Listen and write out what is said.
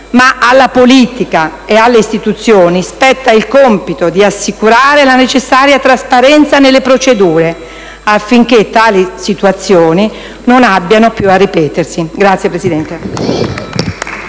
ma alla politica e alle istituzioni spetta il compito di assicurare la necessaria trasparenza nelle procedure affinché tali situazioni non abbiano più a ripetersi. *(Applausi